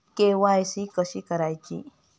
KYC कशी करायची?